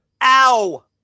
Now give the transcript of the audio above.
ow